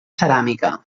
ceràmica